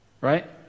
Right